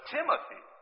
Timothy